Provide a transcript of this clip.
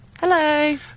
hello